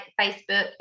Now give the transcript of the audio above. Facebook